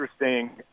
interesting